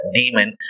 demon